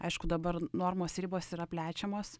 aišku dabar normos ribos yra plečiamos